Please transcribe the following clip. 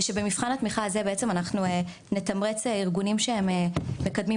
במבחן התמיכה אנחנו נתמרץ ארגונים שהם מקדמים